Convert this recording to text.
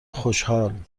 خوشحال